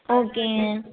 okay